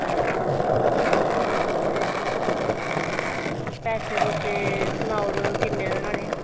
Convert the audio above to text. अच्छा तां ते पैसे सनाई ओड़ेओ किन्ने न्हाड़े